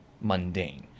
mundane